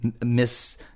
miss